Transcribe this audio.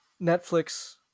Netflix